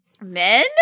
Men